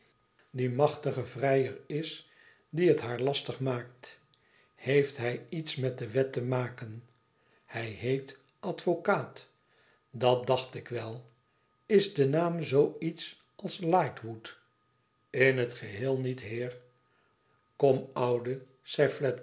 die machtige vrijer is die het haar lastig maakt heeft hij iets met de wet te maken hij heet advocaat dat dacht ik wel is de naam zoo iets als lightwood in het geheel niet heer kom oude zei